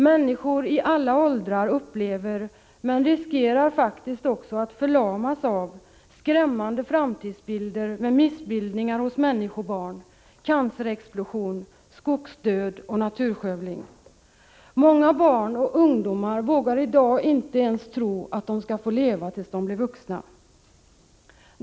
Människor i alla åldrar upplever — och riskerar faktiskt också att förlamas — av skrämmande framtidsbilder med missbildningar hos människobarn, cancerexplosion, skogsdöd och naturskövling. Många av dagens barn och ungdomar vågar inte ens tro att de skall få leva tills de blir vuxna.